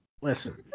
listen